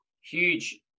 Huge